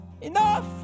enough